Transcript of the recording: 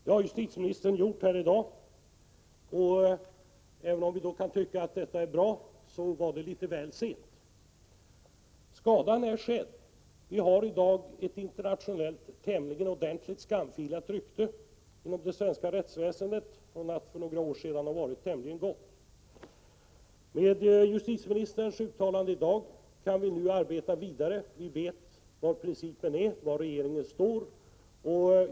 Det har justitieministern gjort här i dag, och även om vi kan tycka att detta är bra, så är det litet väl sent. Skadan är skedd. Det svenska rättsväsendet har i dag internationellt ett ordentligt skamfilat rykte, ett rykte som för några år sedan var tämligen gott. Efter justitieministerns uttalande i dag kan vi nu arbeta vidare. Vi vet vilka principer som gäller och var regeringen står.